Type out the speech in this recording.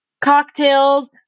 cocktails